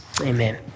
amen